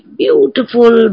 beautiful